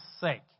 sake